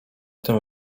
tym